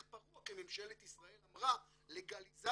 פרוע כי ממשלת ישראל אמרה לגליזציה,